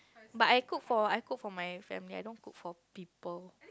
but I cook for I cook for my family I don't cook for people